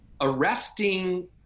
arresting